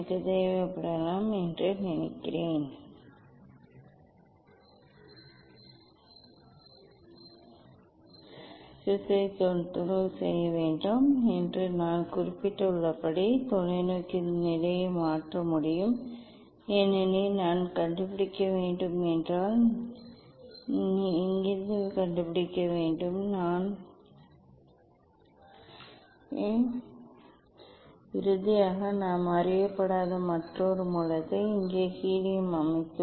எனக்குத் தேவைப்படலாம் என்று நான் நினைக்கிறேன் தொலைநோக்கி நான் ப்ரிஸத்தைத் தொந்தரவு செய்யக்கூடாது என்று நான் குறிப்பிட்டுள்ளபடி தொலைநோக்கியின் நிலையை மாற்ற முடியும் ஏனெனில் நான் கண்டுபிடிக்க வேண்டும் ஏனென்றால் நான் இங்கிருந்து கண்டுபிடிக்க வேண்டும் நான் இங்கே இருக்கிறேன் நான் பார்க்க முடியும் ஆம் நான் விலகல் மட்டுமே என்று நான் கருதுகிறேன் இது ஒரு நிலையை அடிப்படையாகக் கண்டுபிடிக்க வேண்டும் என்று நான் நினைக்கிறேன் ஒருவர் ஆம் என்பதைக் கண்டுபிடிக்க வேண்டும் இதை நான் பார்க்க முடியும்